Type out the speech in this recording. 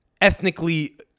ethnically